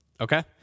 Okay